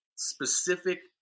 specific